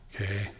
Okay